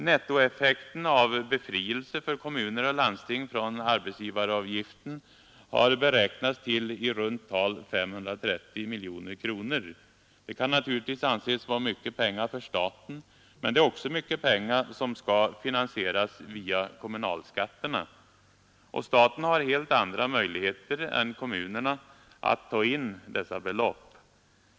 Nettoeffekten av en befrielse för kommuner och landsting från arbetsgivaravgiften har beräknats till i runt tal 530 miljoner kronor. Det kan naturligtvis anses vara mycket pengar för staten, men det är också mycket pengar som skall finansieras via kommunalskatterna. Staten har helt andra möjligheter än kommunerna att ta in detta belopp.